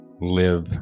live